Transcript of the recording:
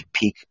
peak